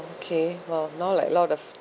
okay !wow! now like a lot of the